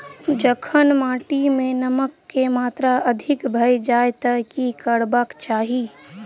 जखन माटि मे नमक कऽ मात्रा अधिक भऽ जाय तऽ की करबाक चाहि?